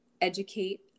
educate